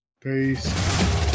peace